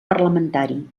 parlamentari